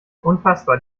unfassbar